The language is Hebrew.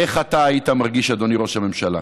איך אתה היית מרגיש, אדוני ראש הממשלה?